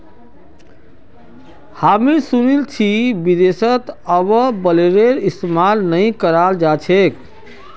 हामी सुनील छि विदेशत अब बेलरेर इस्तमाल नइ कराल जा छेक